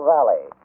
Valley